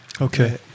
Okay